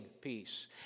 peace